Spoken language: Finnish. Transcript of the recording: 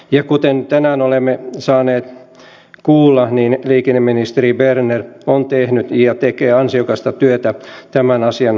ja kuten tänään olemme saaneet kuulla liikenneministeri berner on tehnyt ja tekee ansiokasta työtä tämän asian hyväksi